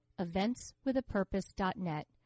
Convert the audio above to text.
eventswithapurpose.net